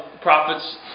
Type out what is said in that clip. prophets